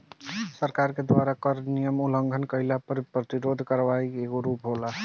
सरकार के द्वारा कर नियम के उलंघन कईला पर कर प्रतिरोध करवाई के एगो रूप होला